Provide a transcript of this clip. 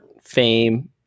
fame